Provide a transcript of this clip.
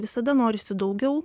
visada norisi daugiau